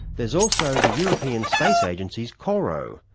there's also the european space agency's corot, so